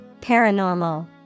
Paranormal